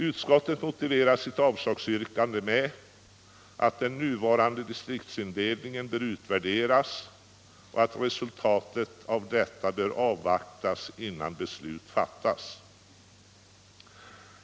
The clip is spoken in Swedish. Utskottet motiverar sitt avstyrkande med att den nya distriktsindelningen bör utvärderas och resultatet därav avvaktas innan beslut fattas.